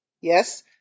yes